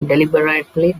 deliberately